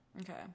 Okay